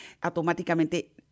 automáticamente